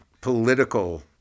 political